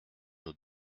nos